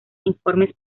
informes